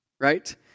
right